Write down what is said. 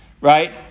right